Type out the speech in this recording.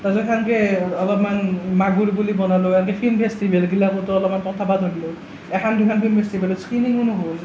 তাৰ পাছত সেনেকৈ অলপমান মাগুৰ বুলি বনালোঁ এনেকৈ ফিল্ম ফেষ্টিভেলবিলাকতো অলপমান পঠাব ধৰিলোঁ এখন দুখনকৈ ফেষ্টিভেলত স্ক্ৰীণিঙো হ'ল